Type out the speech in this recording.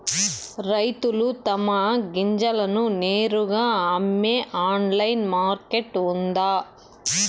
రైతులు తమ గింజలను నేరుగా అమ్మే ఆన్లైన్ మార్కెట్ ఉందా?